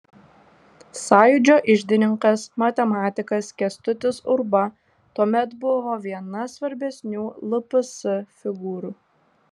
sąjūdžio iždininkas matematikas kęstutis urba tuomet buvo viena svarbesnių lps figūrų